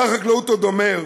שר החקלאות עוד אומר: